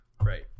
Right